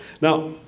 Now